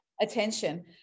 attention